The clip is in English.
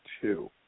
two